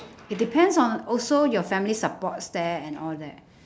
it depends on also your family supports that and all that